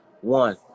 one